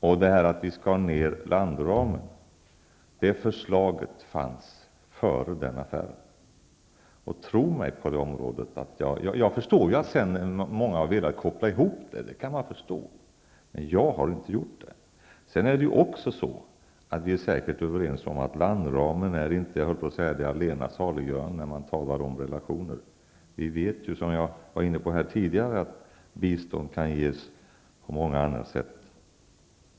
Förslaget om att vi skall minska landramen fanns för övrigt före den affären. Jag förstår att många har kopplat ihop dessa två saker -- det kan man förstå --, men jag har inte gjort det. Vi är säkert också överens om att landramen så att säga inte är det allena saliggörande när det gäller relationer. Som jag sade tidigare vet vi ju att bistånd även kan ges på många andra sätt.